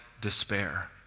despair